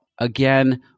Again